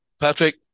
Patrick